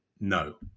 No